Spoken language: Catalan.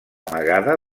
amagada